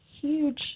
huge